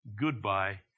goodbye